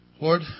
Lord